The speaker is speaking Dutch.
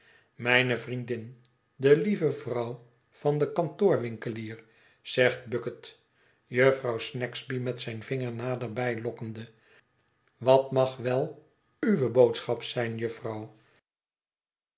mijne vriendin de lieve vrouw van den kantoorwinkelier zegt bucket jufvrouw snagsby met zijn vinger naderbij lokkende wat mag wel uwe boodschap zijn jufvrouw